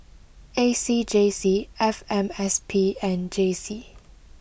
A C J C F M S P and J C